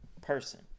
person